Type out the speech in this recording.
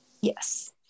yes